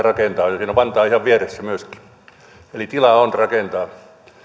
rakentaa ja siinä on vantaa ihan vieressä myöskin eli tilaa on rakentaa